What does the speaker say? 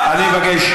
אני מבקש.